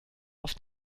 auf